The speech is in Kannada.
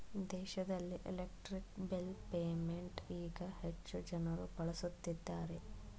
ದೇಶದಲ್ಲಿ ಎಲೆಕ್ಟ್ರಿಕ್ ಬಿಲ್ ಪೇಮೆಂಟ್ ಈಗ ಹೆಚ್ಚು ಜನರು ಬಳಸುತ್ತಿದ್ದಾರೆ